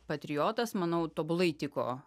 patriotas manau tobulai tiko